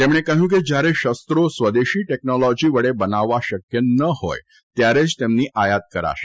તેમણે કહ્યું કે જયારે શો સ્વદેશી ટેકનોલોજી વડે બનાવવા શક્ય ન હોય ત્યારે જ તેમની આયાત કરાશે